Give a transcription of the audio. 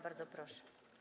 Bardzo proszę.